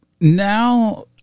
now